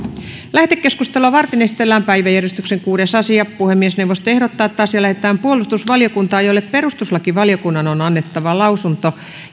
lähetekeskustelua varten esitellään päiväjärjestyksen kuudes asia puhemiesneuvosto ehdottaa että asia lähetetään puolustusvaliokuntaan jolle perustuslakivaliokunnan on annettava lausunto